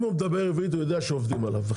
אם הוא מדבר עברית הוא יודע שעובדים עליו.